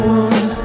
one